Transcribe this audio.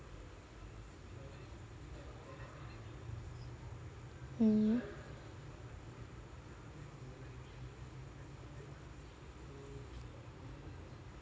mm